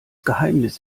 geheimnis